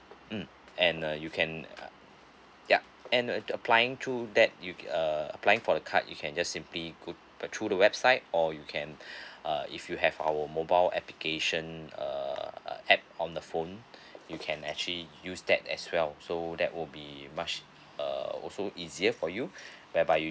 mm and uh you can uh yup and uh applying through that you uh applying for the card you can just simply go through the website or you can uh if you have our mobile application uh app on the phone you can actually use that as well so that will be much uh also easier for you whereby you